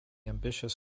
ambitious